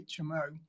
HMO